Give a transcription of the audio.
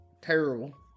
terrible